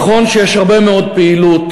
נכון שיש הרבה מאוד פעילות,